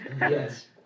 Yes